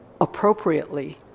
appropriately